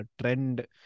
trend